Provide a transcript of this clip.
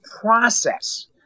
process